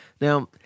Now